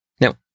Now